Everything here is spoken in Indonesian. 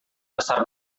besar